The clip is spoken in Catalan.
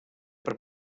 per